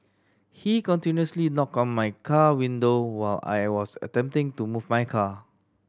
he continuously knocked on my car window while I was attempting to move my car